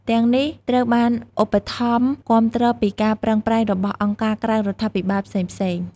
ទាំងនេះត្រូវបានឧបត្ថម្ភគាំទ្រពីការប្រឹងប្រែងរបស់អង្គការក្រៅរដ្ឋាភិបាលផ្សេងៗ។